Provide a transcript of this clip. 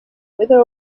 wither